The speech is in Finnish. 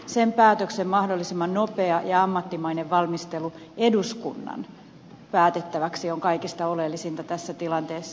sen päätöksen mahdollisimman nopea ja ammattimainen valmistelu eduskunnan päätettäväksi on kaikista oleellisinta tässä tilanteessa